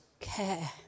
care